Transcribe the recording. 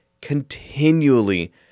continually